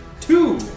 Two